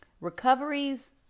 Recoveries